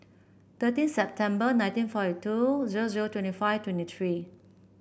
thirteen September nineteen forty two zero zero twenty five twenty three